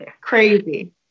crazy